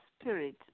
Spirit